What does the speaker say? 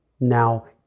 now